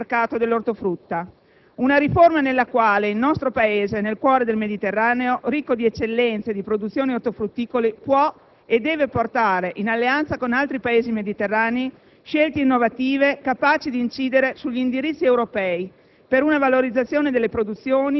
la revisione dell'organizzazione comune di mercato dell'ortofrutta; una riforma nella quale il nostro Paese, nel cuore del Mediterraneo, ricco di eccellenze di produzioni ortofrutticole, può e deve portare (in alleanza con altri Paesi mediterranei), scelte innovative capaci di incidere sugli indirizzi europei